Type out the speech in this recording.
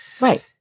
Right